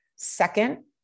second